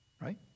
Right